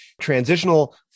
transitional